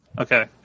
Okay